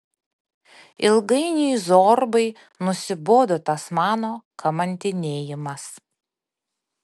ilgainiui zorbai nusibodo tas mano kamantinėjimas